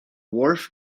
wharf